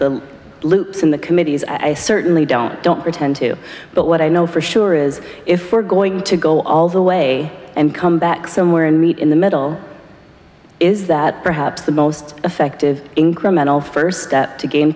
loops in the committees i certainly don't don't pretend to but what i know for sure is if we're going to go all the way and come back somewhere and meet in the middle is that perhaps the most effective incremental first step to gain